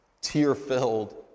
Tear-filled